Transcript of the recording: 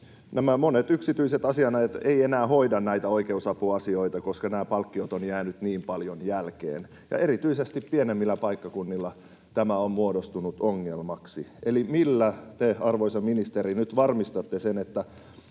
että monet yksityiset asianajajat eivät enää hoida oikeusapuasioita, koska nämä palkkiot ovat jääneet niin paljon jälkeen. Erityisesti pienemmillä paikkakunnilla tämä on muodostunut ongelmaksi. Eli millä te, arvoisa ministeri, nyt varmistatte sen, että